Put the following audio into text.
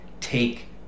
take